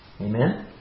Amen